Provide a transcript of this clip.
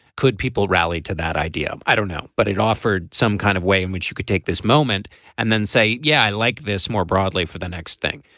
could people rally to that idea. i don't know. but it offered some kind of way in which you could take this moment and then say yeah i like this more broadly for the next thing.